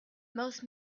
most